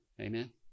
Amen